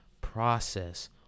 process